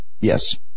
Yes